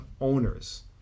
owners